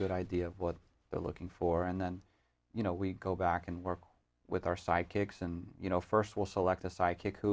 good idea of what they're looking for and then you know we go back and work with our psychics and you know first will select a psychic who